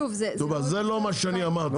זה לא מה שאני אמרתי.